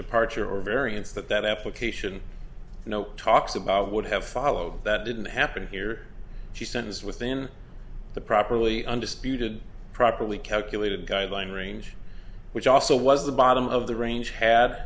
departure or variance that that application no talks about would have followed that didn't happen here she sends within the properly undisputed properly calculated guideline range which also was the bottom of the range had